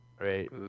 Right